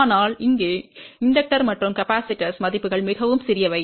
ஆனால் இங்கே தூண்டல் மற்றும் மின்தேக்கி மதிப்புகள் மிகவும் சிறியவை